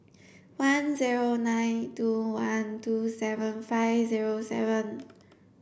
one zero nine two one two seven five zero seven